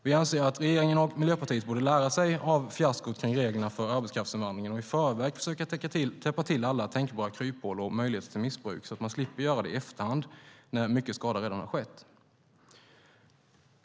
Vi anser att regeringen och Miljöpartiet borde lära sig av fiaskot med reglerna för arbetskraftsinvandringen och i förväg försöka täppa till alla tänkbara kryphål och möjligheter till missbruk, så att man slipper göra det i efterhand när mycket skada redan har skett.